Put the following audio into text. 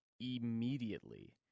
immediately